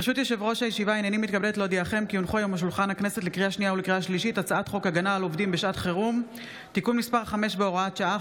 אני קובע כי הצעת חוק הארכת תקופות ודחיית מועדים (הוראת שעה,